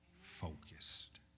Focused